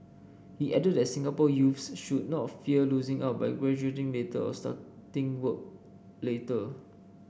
he added that Singapore youths should not fear losing out by graduating later or starting work later